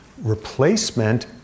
Replacement